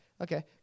okay